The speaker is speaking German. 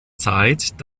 zeit